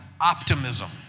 optimism